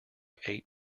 eight